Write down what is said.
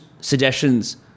suggestions